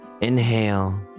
Inhale